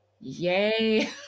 yay